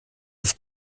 auf